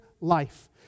life